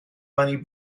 bunny